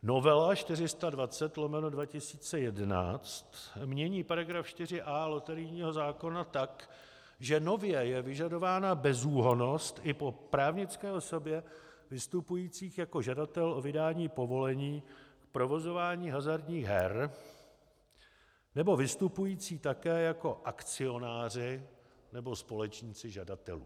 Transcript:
Novela 420/2011 Sb. mění § 4a loterijního zákona tak, že nově je vyžadována bezúhonnost i po právnické osobě vystupujících jako žadatel o vydání povolení k provozování hazardních her nebo vystupující také jako akcionáři nebo společníci žadatelů.